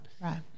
Right